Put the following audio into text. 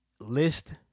list